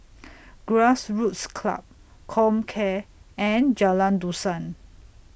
Grassroots Club Comcare and Jalan Dusan